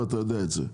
ואתה יודע את זה.